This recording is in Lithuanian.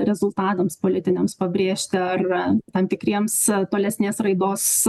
rezultatams politiniams pabrėžti ar tam tikriems tolesnės raidos